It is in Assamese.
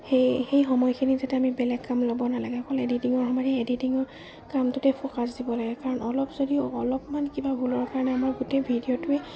সেই সেই সময়খিনি যেতিয়া আমি বেলেগ কাম ল'ব নালাগে অকল এডিটিঙৰ সময়ত সেই এডিটিঙৰ কামটোতে ফ'কাছ দিব লাগে কাৰণ অলপ যদি অলপমান কিবা ভুলৰ কাৰণে আমাৰ গোটেই ভিডিঅ'টোৱে